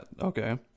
okay